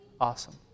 Awesome